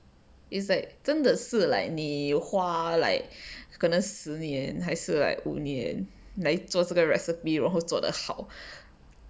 is like 真的是 like 你花 like 可能十年还是 like 五年来做这个 recipe 然后做的好